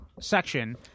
section